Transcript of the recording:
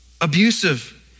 abusive